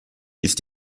ist